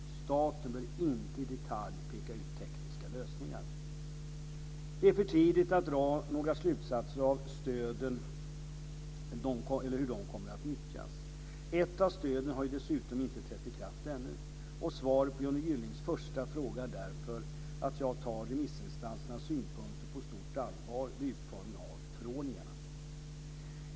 Staten bör inte i detalj peka ut tekniska lösningar. Det är för tidigt att dra några slutsatser av hur stöden kommer att nyttjas. Ett av stöden har ju dessutom inte trätt i kraft ännu. Svaret på Johnny Gyllings första fråga är därför att jag tar remissinstansernas synpunkter på stort allvar vid utformningen av förordningarna.